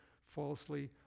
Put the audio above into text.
falsely